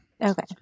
Okay